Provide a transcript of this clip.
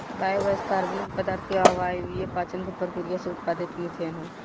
biogas कार्बनिक पदार्थ के अवायवीय पाचन के प्रक्रिया से उत्पादित मिथेन ह